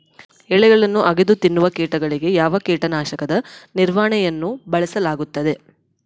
ಎಲೆಗಳನ್ನು ಅಗಿದು ತಿನ್ನುವ ಕೇಟಗಳಿಗೆ ಯಾವ ಕೇಟನಾಶಕದ ನಿರ್ವಹಣೆಯನ್ನು ಬಳಸಲಾಗುತ್ತದೆ?